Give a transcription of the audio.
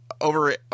over